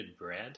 bread